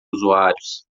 usuários